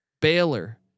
Baylor